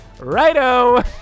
Righto